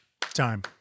time